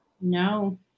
No